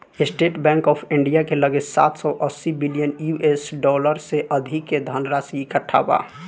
estate Bank of India के लगे सात सौ अस्सी बिलियन यू.एस डॉलर से अधिक के धनराशि इकट्ठा बा